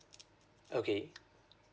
okay